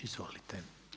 Izvolite.